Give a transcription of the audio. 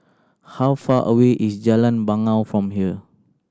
how far away is Jalan Bangau from here